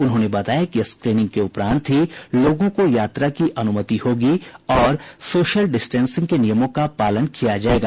उन्होंने बताया कि स्क्रीनिंग के उपरांत ही लोगों को यात्रा की अनुमति होगी और सोशल डिस्टेंसिंग के नियमों का पालन किया जायेगा